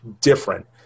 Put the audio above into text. different